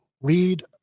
read